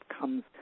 comes